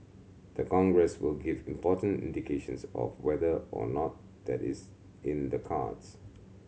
the Congress will give important indications of whether or not that is in the cards